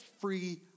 free